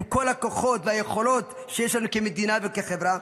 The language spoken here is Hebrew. עם כל הכוחות והיכולות שיש לנו כמדינה וכחברה,